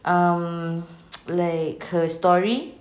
um like her story